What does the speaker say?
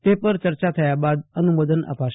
તે પર ચર્ચા બાદ અનુમોદન અપાશે